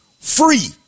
free